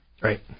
Right